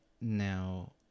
now